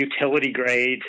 utility-grade